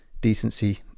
decency